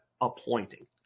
appointing